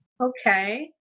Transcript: Okay